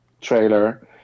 Trailer